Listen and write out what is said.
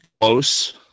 close